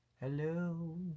Hello